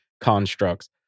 constructs